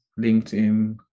LinkedIn